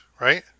right